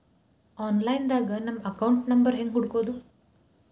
Online ದಾಗ ನಮ್ಮ account number ಹೆಂಗ್ ಹುಡ್ಕೊದು?